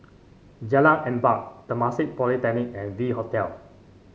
Jalan Empat Temasek Polytechnic and V Hotel